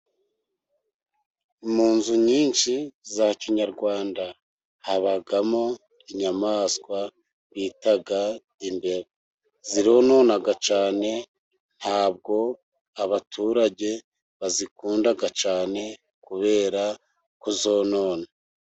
Mu nzu nyinshi za kinyarwanda habamo inyamaswa bita imbeba. Zironona cyane, ntabwo abaturage bazikunda cyane kubera ko zonona.